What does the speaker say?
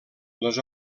les